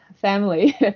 family